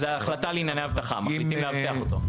החלטה לענייני אבטחה, מחליטים לאבטח אותו.